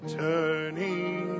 turning